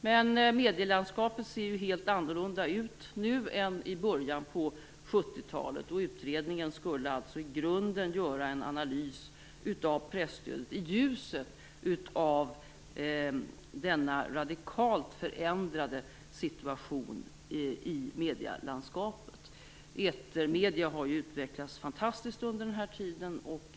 Men medielandskapet ser helt annorlunda ut nu än i början på 1970-talet. Utredningen skulle alltså i grunden göra en analys av presstödet i ljuset av denna radikalt förändrade situation i medielandskapet. Etermedierna har ju utvecklats fantastiskt under den här tiden.